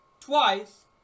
twice